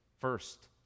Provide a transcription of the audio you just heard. first